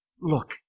Look